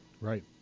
Right